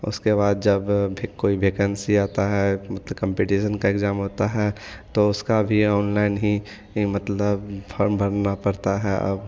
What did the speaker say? उसके बाद जब भी कोई भैकेंसी आता है कम्पटीसन का एग्जाम होता है तो उसका भी ऑनलाइन ही मतलब फॉर्म भरना पड़ता है अब